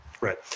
right